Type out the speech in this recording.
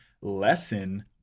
lesson